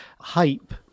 hype